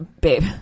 babe